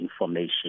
information